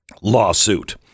lawsuit